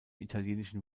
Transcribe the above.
italienischen